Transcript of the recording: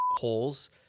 holes